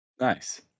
nice